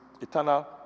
eternal